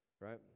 right